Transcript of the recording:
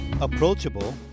approachable